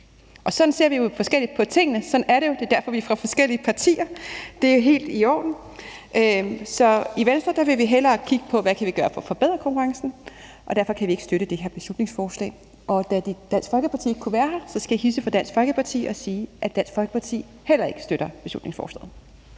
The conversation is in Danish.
Sådan ser vi jo forskelligt på tingene. Sådan er det jo, og det er derfor, vi er fra forskellige partier. Det er helt i orden. Så i Venstre vil vi hellere kigge på, hvad vi kan gøre for at forbedre konkurrencen. Derfor kan vi ikke støtte det her beslutningsforslag. Og da Dansk Folkeparti ikke kunne være her, skal jeg hilse fra dem og sige, at de heller ikke støtter beslutningsforslaget.